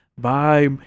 bye